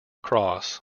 cross